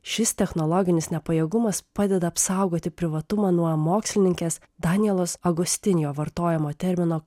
šis technologinis nepajėgumas padeda apsaugoti privatumą nuo mokslininkės danielos agustinio vartojamo termino